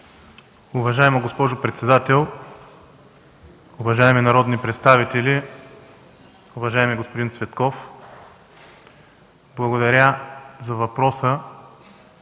уважаема госпожо председател! Уважаеми народни представители! Уважаеми господин Цветков, благодаря за въпроса.